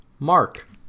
Mark